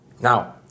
Now